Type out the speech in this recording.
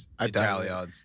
Italian